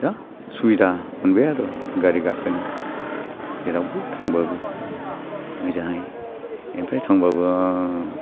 दा सुबिदा मोनबाय आरो गारि गाखोनो जेरावबो थांब्लाबो ओजोहाय एनिफ्राय थांब्लाबो